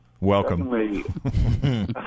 Welcome